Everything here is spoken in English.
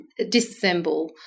disassemble